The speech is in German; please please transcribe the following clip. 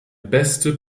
beste